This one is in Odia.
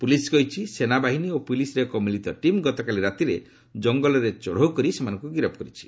ପୁଲିସ୍ କହିଛି ସେନାବାହିନୀ ଓ ପୁଲିସର ଏକ ମିଳିତ ଟିମ୍ ଗତକାଲି ରାତିରେ ଜଙ୍ଗଲରେ ଚଢ଼ଉ କରି ସେମାନଙ୍କୁ ଗିରଫ କରିଛି